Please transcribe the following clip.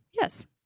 Yes